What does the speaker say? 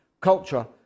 culture